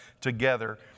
together